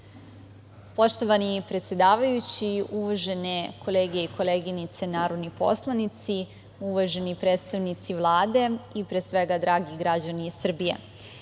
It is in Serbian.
predsedavajući, uvažene kolege i koleginice narodni poslanici, uvaženi predstavnici Vlade i pre svega dragi građani Srbije,